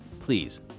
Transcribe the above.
please